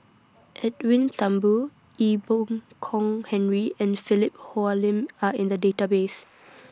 Edwin Thumboo Ee Boon Kong Henry and Philip Hoalim Are in The Database